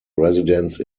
residence